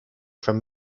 from